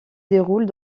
déroulent